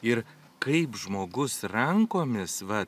ir kaip žmogus rankomis va